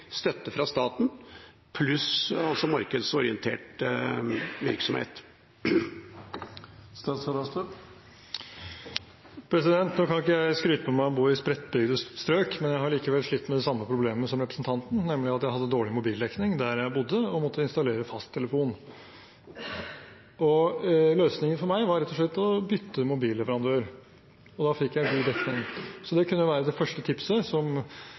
støtte fra staten, pluss markedsorientert virksomhet? Nå kan ikke jeg skryte på meg å bo i spredtbygd strøk, men jeg har likevel slitt med det samme problemet som representanten, nemlig at jeg hadde dårlig mobildekning der jeg bodde, og måtte installere fasttelefon. Løsningen for meg var rett og slett å bytte mobilleverandør, og da fikk jeg god dekning. Det kunne være det første tipset